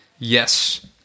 yes